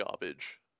garbage